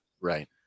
right